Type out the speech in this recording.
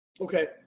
Okay